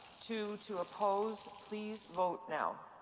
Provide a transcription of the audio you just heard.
two to oppose. please vote now.